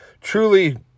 truly